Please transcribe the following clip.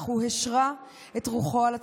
אך הוא השרה את רוחו על הציבור,